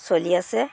চলি আছে